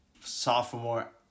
sophomore